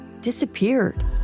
Disappeared